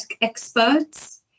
experts